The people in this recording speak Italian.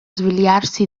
svegliarsi